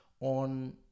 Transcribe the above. on